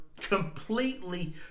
completely